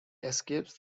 escapes